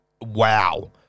wow